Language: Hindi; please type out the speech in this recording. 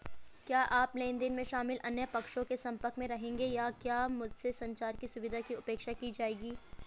क्या आप लेन देन में शामिल अन्य पक्षों के संपर्क में रहेंगे या क्या मुझसे संचार की सुविधा की अपेक्षा की जाएगी?